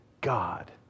God